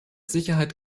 sicherheit